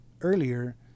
earlier